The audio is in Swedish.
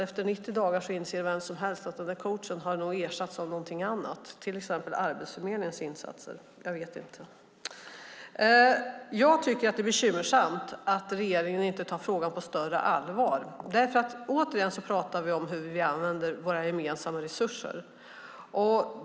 Efter 90 dagar, det inser vem som helst, har den där coachen nog ersatts av någonting annat, till exempel Arbetsförmedlingens insatser; jag vet inte. Jag tycker att det är bekymmersamt att regeringen inte tar frågan på större allvar. Vi talar återigen om hur vi använder våra gemensamma resurser.